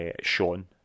Sean